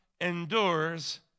endures